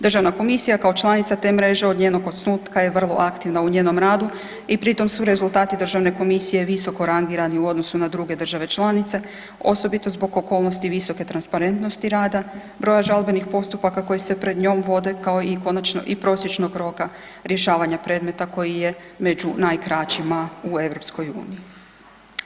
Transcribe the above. Državna komisija kao članica te mreže, od njenog osnutka je vrlo aktivna u njenom radu i pritom su rezultati Državne komisije visoko rangirani u odnosu na druge države članice, osobito zbog okolnosti visoke transparentnosti rada, broja žalbenih postupaka koji se pred njom vode kao i konačno i prosječnog roka rješavanja predmeta koji je među najkraćima u EU-u.